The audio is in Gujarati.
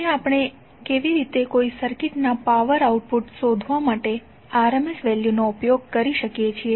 અને આપણે કેવી રીતે કોઈ સર્કિટના પાવર આઉટપુટ શોધવા માટે RMS વેલ્યુનો ઉપયોગ કરી શકીએ